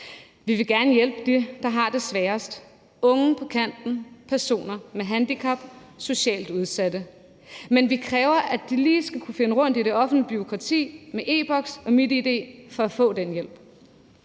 Vi vil gerne hjælpe dem, der har det sværest – unge på kanten, personer med handicap og socialt udsatte – men vi kræver, at de lige skal kunne finde rundt i det offentlige bureaukrati med e-Boks og MitID for at få den hjælp.